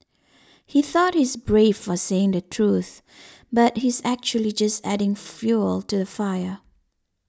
he thought he's brave for saying the truth but he's actually just adding fuel to the fire